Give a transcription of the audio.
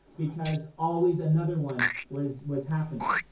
because always another one was was happening.